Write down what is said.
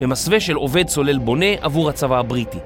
במסווה של עובד סולל בונה עבור הצבא הבריטי